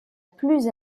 plus